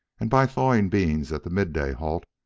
and by thawing beans at the midday halt,